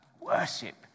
worship